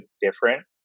different